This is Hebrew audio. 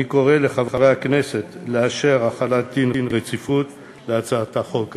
אני קורא לחברי הכנסת לאשר החלת דין רציפות על הצעת החוק הזאת.